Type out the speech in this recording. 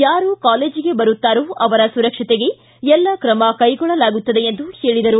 ಯಾರು ಕಾಲೇಜಿಗೆ ಬರುತ್ತಾರೋ ಅವರ ಸುರಕ್ಷತೆಗೆ ಎಲ್ಲ ಕ್ರಮ ಕೈಗೊಳ್ಳಲಾಗತ್ತದೆ ಎಂದು ಹೇಳಿದರು